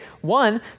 One